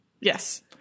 Yes